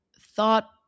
thought